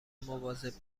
مواظب